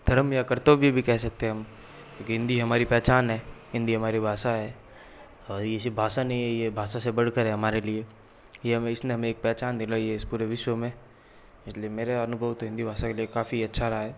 धरम या कर्तव्य भी कह सकते हैं हम क्योंकि हिंदी हमारी पहचान है हिंदी हमारी भाषा है और यह सिर्फ़ भाषा ही नहीं ये भाषा से बढ़ कर है हमारे लिए यह हमें इसने हमें एक पहचान दिलाई है इस पूरे विश्व में इसलिए मेरा अनुभव तो हिंदी भाषा के लिए काफ़ी अच्छा रहा है